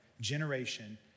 generation